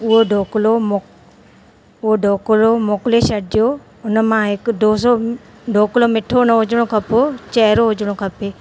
उहो ढोकलो मोक उओ ढोकलो मोकिले छॾिजो उन मां हिकु डोसो ढोकलो मिठो न हुजिणो खपो चेरो हुजिणो खपे